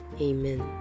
Amen